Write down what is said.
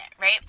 right